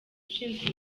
ushinzwe